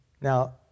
Now